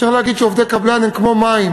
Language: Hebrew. אפשר לומר שעובדי קבלן הם כמו מים,